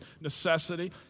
necessity